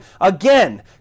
Again